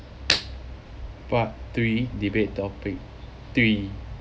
part three debate topic three